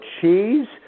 cheese